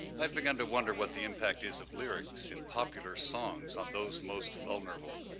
i've begun to wonder what the impact is of lyrics and popular songs on those most vulnerable,